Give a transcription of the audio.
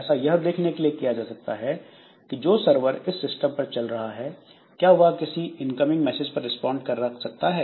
ऐसा यह देखने के लिए किया जाता है कि जो सरवर इस सिस्टम पर चल रहा है क्या वह किसी इनकमिंग मैसेज पर रिस्पॉन्ड कर सकता है